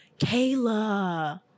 Kayla